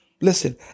Listen